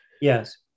Yes